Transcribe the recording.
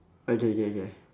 okay okay okay